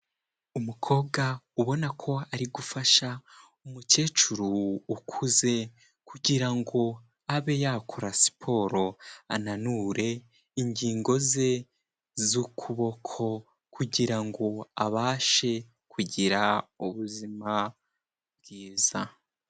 Umukobwa ubona ko ari gufasha umukecuru ukuze kugirango abe yakora siporo, ananure ingingo ze z'ukuboko kugira ngo abashe kugira ubuzima bwiza.